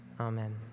Amen